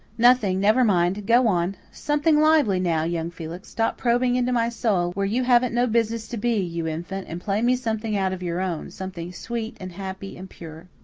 nothing never mind go on. something lively now, young felix. stop probing into my soul, where you haven't no business to be, you infant, and play me something out of your own something sweet and happy and pure.